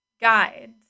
guides